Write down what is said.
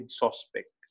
suspect